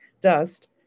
dust